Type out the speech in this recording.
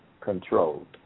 controlled